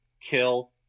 kill